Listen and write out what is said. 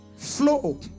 Flow